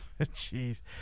Jeez